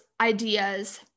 ideas